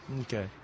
Okay